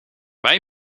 wij